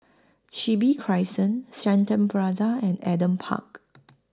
Chin Bee Crescent Shenton Plaza and Adam Park